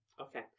Okay